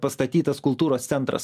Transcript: pastatytas kultūros centras